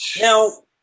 now